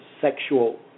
sexual